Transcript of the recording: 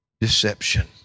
deception